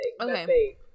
Okay